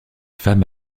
femme